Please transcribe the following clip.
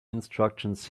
instructions